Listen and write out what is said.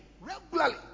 regularly